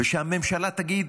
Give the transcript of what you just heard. ושהממשלה תגיד: